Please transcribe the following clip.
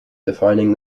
defining